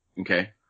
Okay